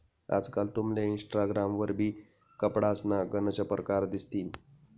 आजकाल तुमले इनस्टाग्राम वरबी कपडासना गनच परकार दिसतीन